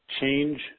change